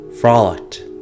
frolicked